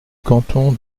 canton